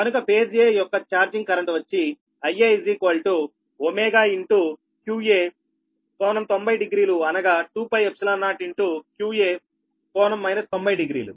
కనుక phase a యొక్క charging current వచ్చి Ia qa∟90డిగ్రీలు అనగా 2π0qa∟ 90 డిగ్రీలు